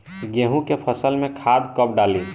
गेहूं के फसल में खाद कब डाली?